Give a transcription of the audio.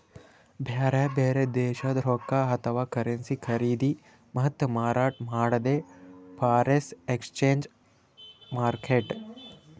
ಬ್ಯಾರೆ ಬ್ಯಾರೆ ದೇಶದ್ದ್ ರೊಕ್ಕಾ ಅಥವಾ ಕರೆನ್ಸಿ ಖರೀದಿ ಮತ್ತ್ ಮಾರಾಟ್ ಮಾಡದೇ ಫಾರೆನ್ ಎಕ್ಸ್ಚೇಂಜ್ ಮಾರ್ಕೆಟ್